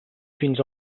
fins